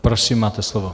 Prosím, máte slovo.